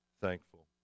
thankful